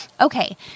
Okay